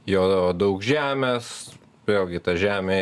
jo daug žemės vėlgi ta žemė